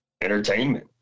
entertainment